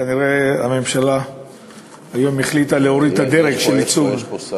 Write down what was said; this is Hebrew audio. כנראה הממשלה החליטה היום להוריד את הדרג של הייצוג הממשלתי.